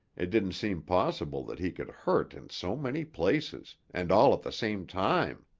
it didn't seem possible that he could hurt in so many places and all at the same time.